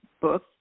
book